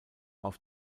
auf